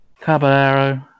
Caballero